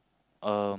um